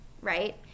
Right